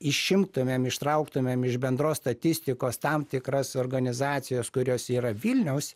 išimtumėm ištrauktumėm iš bendros statistikos tam tikras organizacijas kurios yra vilniaus